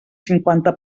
cinquanta